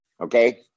okay